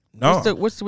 No